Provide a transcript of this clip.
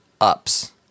ups